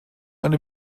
eine